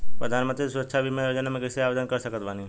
प्रधानमंत्री सुरक्षा बीमा योजना मे कैसे आवेदन कर सकत बानी?